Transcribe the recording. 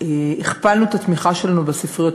שאנחנו הכפלנו את התמיכה שלנו בספריות